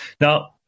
Now